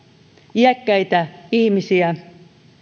iäkkäitä ihmisiä